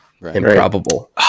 improbable